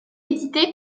édité